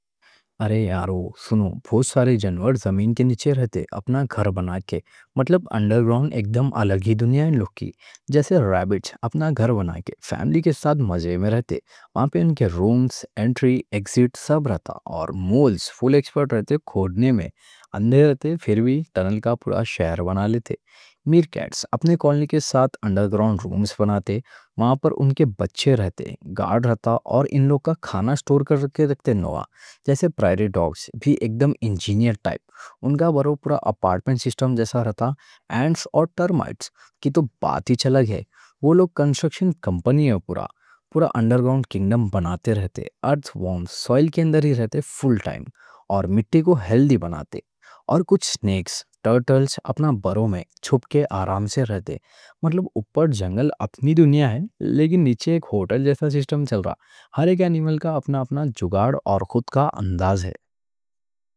ارے یارو سنو، بہت سارے جانور زمین کے نیچے رہتے۔ اپنا گھر بنا کے، مطلب انڈرگرانڈ، ایک دم الگ ہی دنیا ان لوگ کی۔ جیسے ریبٹ اپنا گھر بنا کے فیملی کے ساتھ مزے میں رہتے؛ وہاں پہ ان کے رومز، انٹری، ایگزٹ سب رہتا۔ اور مولز فل ایکسپرٹ رہتے کھودنے میں؛ اندھے رہتے پھر بھی ٹنل کا پورا شہر بنا لیتے۔ میرکیٹس اپنی کالونی کے ساتھ انڈرگرانڈ رومز بناتے؛ وہاں پر ان کے بچے رہتے، گارڈ رہتا، اور ان لوگ کا کھانا سٹور کر کے رکھتے۔ پریری ڈاگز بھی ایک دم انجینئر ٹائپ؛ ان کا بَرو پورا اپارٹمنٹ سسٹم جیسا رہتا۔ اینٹس اور ٹرمائٹس کی تو بات ہی الگ ہے؛ وہ لوگ کنسٹرکشن کمپنی جیسے، پورا پورا انڈرگرانڈ کِنگڈم بناتے رہتے۔ ارتھ ورمز سوئل کے اندر ہی رہتے فل ٹائم، اور مِٹی کو ہیلتھی بناتے۔ اور کچھ سنیکس، ٹرٹلز اپنے بَرو میں چھپ کے آرام سے رہتے۔ مطلب اوپر جنگل اپنی دنیا ہے، لیکن نیچے ایک ہوٹل جیسا سسٹم چل رہا؛ ہر ایک انیمل کا اپنا اپنا جگاڑ اور خود کا انداز ہے۔